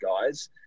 guys